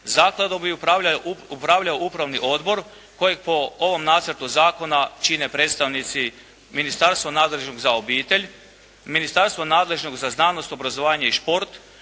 Zakladom bi upravljao Upravni odbor, kojeg po ovom nacrtu zakona čine predstavnici ministarstva nadležnog za obitelj, ministarstva nadležnog za znanost, obrazovanje i šport,